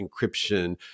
encryption